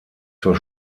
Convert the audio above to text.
zur